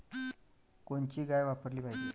कोनची गाय वापराली पाहिजे?